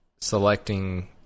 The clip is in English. selecting